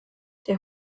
der